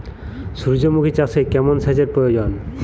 সূর্যমুখি চাষে কেমন সেচের প্রয়োজন?